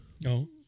No